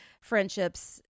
friendships